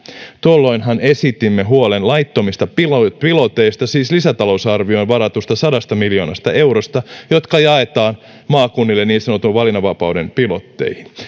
tuolloinhan esitimme huolen laittomista piloteista piloteista siis lisätalousarvioon varatusta sadasta miljoonasta eurosta joka jaetaan maakunnille niin sanotun valinnanvapauden pilotteihin